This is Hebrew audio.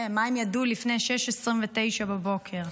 מה הם ידעו לפני 06:29 בבוקר,